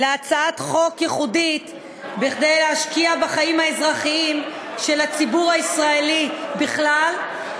להצעת חוק ייחודית כדי להשקיע בחיים האזרחיים של הציבור הישראלי בכלל,